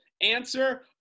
answer